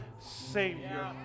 Savior